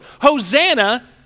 Hosanna